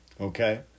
Okay